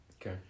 Okay